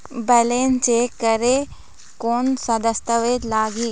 Balance check करें कोन सा दस्तावेज लगी?